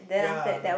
yea